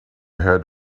heard